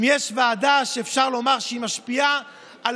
אם יש ועדה שאפשר לומר שהיא משפיעה על